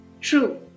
True